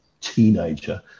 teenager